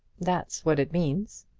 that's what it means.